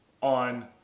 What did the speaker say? on